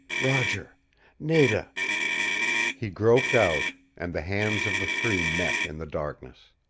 roger nada he groped out, and the hands of the three met in the darkness.